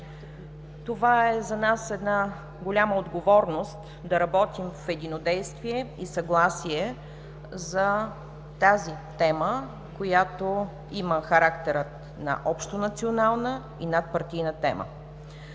Това е за нас една голяма отговорност да работим в единодействие и съгласие за тази тема, която има характера на общонационална и надпартийна тема.